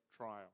trial